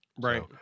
Right